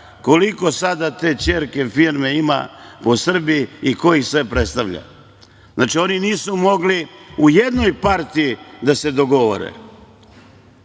koliko sada te ćerke firme ima po Srbiji i ko ih sve predstavlja? Znači, oni nisu mogli u jednoj partiji da se dogovore,